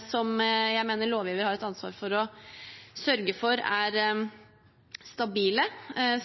Jeg mener lovgiver har et ansvar for å sørge for at de er stabile,